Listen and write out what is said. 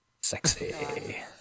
Sexy